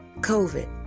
COVID